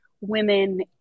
women